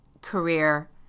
career